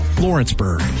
Lawrenceburg